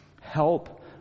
help